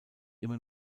immer